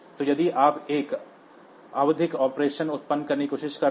तो यदि आप एक आवधिक ऑपरेशन उत्पन्न करने की कोशिश कर रहे हैं